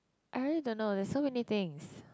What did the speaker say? I really don't know there so many things